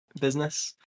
business